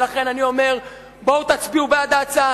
ולכן אני אומר: בואו תצביעו בעד ההצעה,